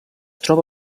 troba